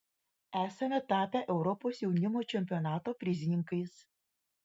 esame tapę europos jaunimo čempionato prizininkais